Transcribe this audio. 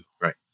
Right